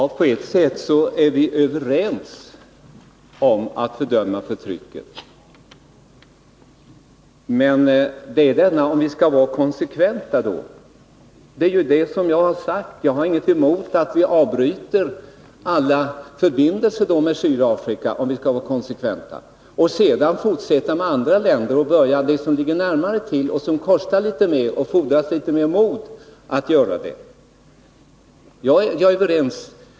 Herr talman! På ett sätt är vi överens om att fördöma förtrycket. Som jag har sagt har jag ingenting emot att vi avbryter alla förbindelser med Sydafrika — det måste vi göra om vi skall vara konsekventa. Och sedan bör vi fortsätta med andra länder och då börja med dem som ligger litet närmare till, vilket kanske kostar litet mer och fordrar litet mer mod. Om detta kan vi vara överens.